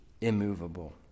immovable